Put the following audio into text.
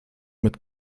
mit